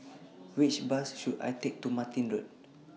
Which Bus should I Take to Martin Road